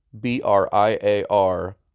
B-R-I-A-R